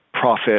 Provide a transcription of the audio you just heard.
profit